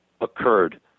occurred